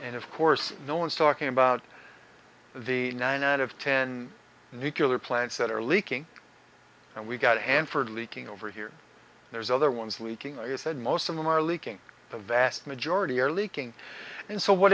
and of course no one's talking about the nine out of ten nucular plants that are leaking and we've got hanford leaking over here there's other ones leaking i said most of them are leaking the vast majority are leaking and so what